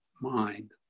mind